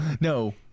no